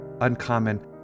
uncommon